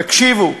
תקשיבו.